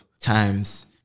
Times